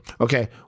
Okay